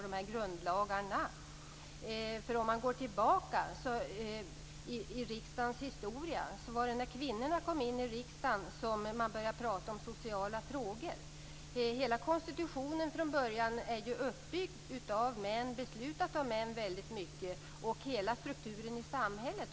Den som går tillbaka i riksdagens historia ser att det var när kvinnorna kom in i riksdagen som man började tala om sociala frågor. Hela konstitutionen är från början uppbyggd och beslutad av män, liksom hela strukturen i samhället.